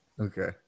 Okay